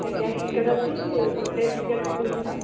ଆଜ୍ଞା ଟିକେଟ୍ ଅଛି ଗୋଟିଏ ଟିକେଟ୍ ଦୁଇଶହ